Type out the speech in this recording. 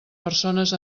persones